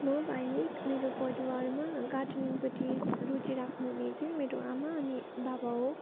म बाहेक मेरो परिवारमा गार्डनिङपट्टि रुचि राख्नु हुने चाहिँ मेरो आमा अनि बाबा हो